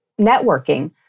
networking